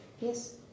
Yes